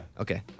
Okay